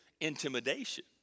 intimidation